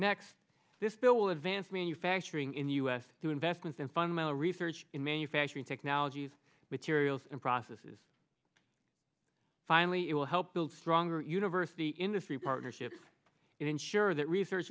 next this bill advanced manufacturing in the us through investments in fundamental research in manufacturing technologies materials and processes finally it will help build stronger university industry partnerships and ensure that research